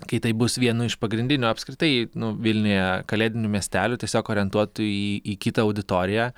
kai taip bus vienu iš pagrindinių apskritai nu vilniuje kalėdinių miestelių tiesiog orientuotų į į kitą auditoriją